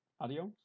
Adios